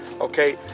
Okay